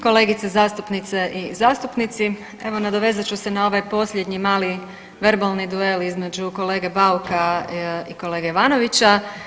Kolegice zastupnice i zastupnici, evo nadovezat ću se na ovaj posljednji mali verbalni duel između kolege Bauka i kolege Ivanovića.